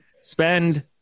spend